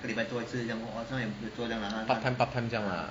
part time part time 这样 lah